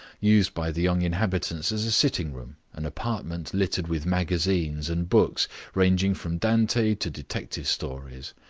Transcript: used by the young inhabitants as a sitting-room, an apartment littered with magazines and books ranging from dante to detective stories.